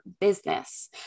business